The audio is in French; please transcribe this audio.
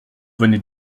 venait